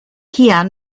here